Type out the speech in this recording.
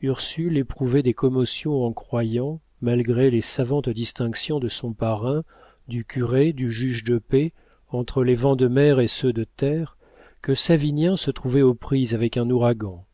ursule éprouvait des commotions en croyant malgré les savantes distinctions de son parrain du curé du juge de paix entre les vents de mer et ceux de terre que savinien se trouvait aux prises avec un ouragan